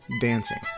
dancing